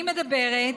אני מדברת